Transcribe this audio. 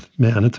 man,